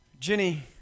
Jenny